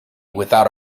without